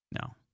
No